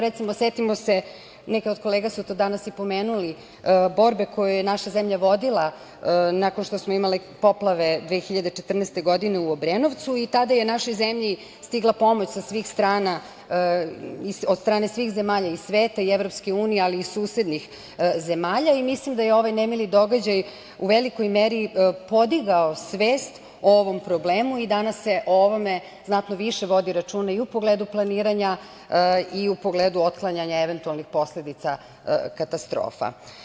Recimo, setimo se, neke od kolega su to danas i pomenuli, borbe koju je naša zemlja vodila nakon što smo imali poplave 2014. godine u Obrenovcu i tada je našoj zemlji stigla pomoć sa svih strana, od strane svih zemalja sveta, i EU ali i susednih zemalja i mislim da je ovaj nemili događaj u velikoj meri podigao svest o ovom problemu i danas se o ovome znatno više vodi računa i u pogledu planiranja i u pogledu otklanjanja eventualnih posledica katastrofa.